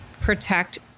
protect